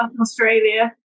Australia